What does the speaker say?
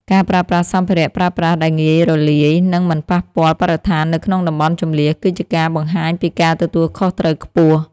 ការប្រើប្រាស់សម្ភារៈប្រើប្រាស់ដែលងាយរលាយ និងមិនប៉ះពាល់បរិស្ថាននៅក្នុងតំបន់ជម្លៀសគឺជាការបង្ហាញពីការទទួលខុសត្រូវខ្ពស់។